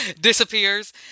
disappears